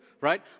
right